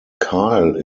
kyle